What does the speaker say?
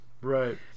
Right